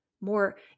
more